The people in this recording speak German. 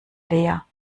leer